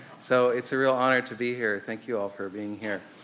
so it's a real honor to be here. thank you all for being here,